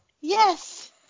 Yes